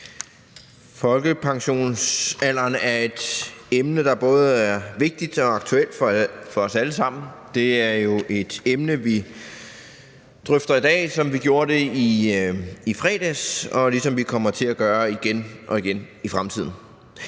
Folkepensionsalderen er et emne, der både er vigtigt og aktuelt for os alle sammen. Det er jo et emne, vi drøfter i dag, som vi gjorde det i fredags, og ligesom vi kommer til at gøre igen og igen i fremtiden.